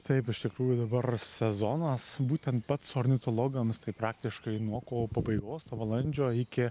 taip iš tikrųjų dabar sezonas būtent pats ornitologams tai praktiškai nuo kovo pabaigos nuo balandžio iki